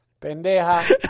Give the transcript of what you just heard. Pendeja